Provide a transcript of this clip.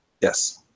Yes